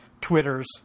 Twitters